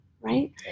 right